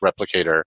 replicator